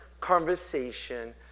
conversation